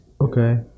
Okay